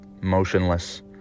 motionless